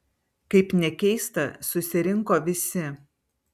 kaip nekeista susirinko visi